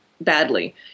badly